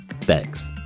thanks